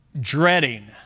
dreading